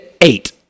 eight